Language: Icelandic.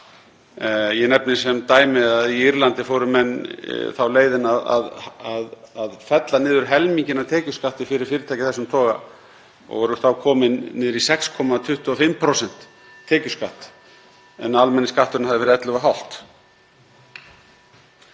Ég nefni sem dæmi að á Írlandi fóru menn þá leiðina að fella niður helminginn af tekjuskatti fyrir fyrirtæki af þessum toga og voru þá komnir niður í 6,25% tekjuskatt en almenni skatturinn hafði verið 11,5%.